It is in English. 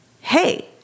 Hey